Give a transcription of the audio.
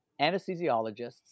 anesthesiologists